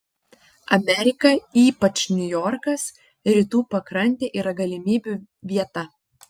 amerika ypač niujorkas rytų pakrantė yra galimybių vieta